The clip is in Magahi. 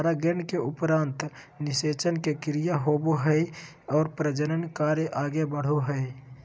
परागन के उपरान्त निषेचन के क्रिया होवो हइ और प्रजनन के कार्य आगे बढ़ो हइ